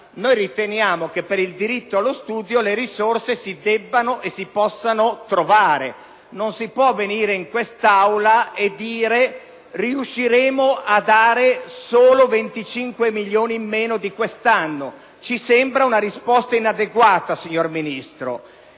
noi riteniamo che per il diritto allo studio le risorse si debbano e si possano trovare. Non si puo` venire in questa Aula e dire: riusciremo a dare solo 25 milioni in meno di quest’anno. Ci sembra una risposta inadeguata, signor Ministro.